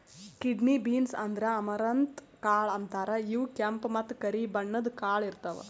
kidney beans ಅಂದ್ರ amaranth ಕಾಳ್ ಅಂತಾರ್ ಇವ್ ಕೆಂಪ್ ಮತ್ತ್ ಕರಿ ಬಣ್ಣದ್ ಕಾಳ್ ಇರ್ತವ್